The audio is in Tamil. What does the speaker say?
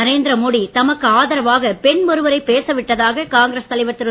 நரேந்திர மோடி தமக்கு ஆதரவாக பெண் ஒருவரை பேச விட்டதாக காங்கிரஸ் தலைவர் திரு